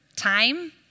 Time